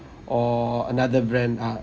or another brand uh